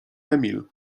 emil